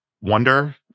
wonder